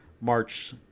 march